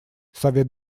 совет